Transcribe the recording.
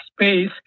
space